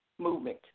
movement